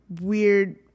weird